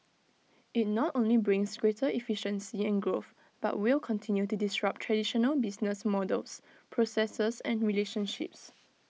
IT not only brings greater efficiency and growth but will continue to disrupt traditional business models processes and relationships